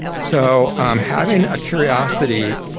so having a curiosity.